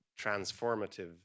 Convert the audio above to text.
transformative